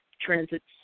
transits